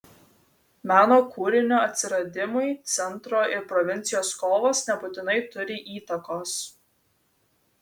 meno kūrinio atsiradimui centro ir provincijos kovos nebūtinai turi įtakos